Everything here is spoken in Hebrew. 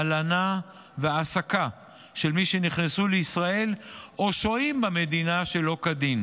הלנה והעסקה של מי שנכנסו לישראל או שוהים במדינה שלא כדין.